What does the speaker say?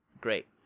great